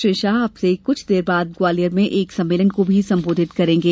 श्री शाह अब से कुछ देर बाद ग्वालियर में एक सम्मेलन को भी संबोधित करेंगे